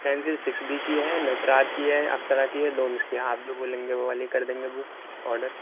pencil six B کی ہے نٹراج کی ہے اپسرا کی ہے ڈومس کی ہے آپ جو بولیں گے وہ والی کر دیں گے بک آرڈر